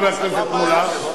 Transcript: חבר הכנסת מולה,